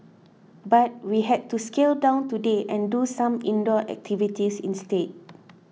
but we had to scale down today and do some indoor activities instead